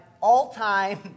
all-time